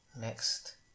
next